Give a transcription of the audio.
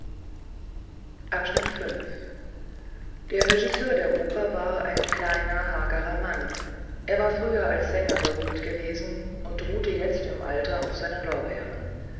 der regisseur der oper war ein kleiner hagerer mann er war früher als sänger berühmt gewesen und ruhte jetzt im alter auf seinen lorbeeren